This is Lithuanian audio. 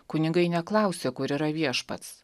kunigai neklausia kur yra viešpats